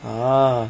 orh